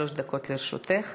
שלוש דקות לרשותך.